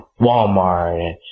Walmart